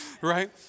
right